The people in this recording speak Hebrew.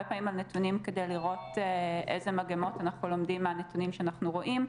פעמים על נתונים כדי לראות איזה מגמות אנחנו לומדים מהנתונים שאנחנו רואים.